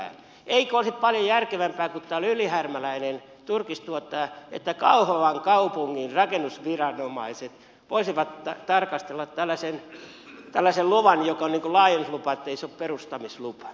eikö olisi paljon järkevämpää kun tämä on ylihärmäläinen turkistuottaja että kauhavan kaupungin rakennusviranomaiset voisivat tarkastella tällaisen luvan joka on laajennuslupa ei perustamislupa